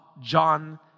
John